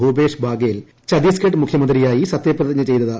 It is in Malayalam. ഭൂപേഷ് ഭാഗേൽ ഛത്തീസ്ഗഡ് മുഖ്യമന്ത്രിയായി സ്ഥത്യപ്രതിജ്ഞ ചെയ്തത്